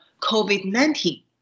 COVID-19